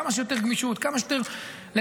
כמה שיותר גמישות,